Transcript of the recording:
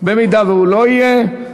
אם הוא לא יהיה,